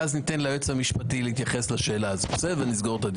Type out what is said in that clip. ואז ניתן ליועץ המשפטי להתייחס לשאלה הזאת ונסגור את הדיון.